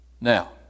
Now